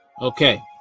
okay